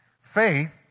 Faith